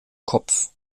kopf